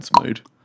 mode